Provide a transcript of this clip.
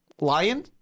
lion